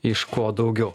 iš ko daugiau